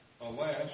Alas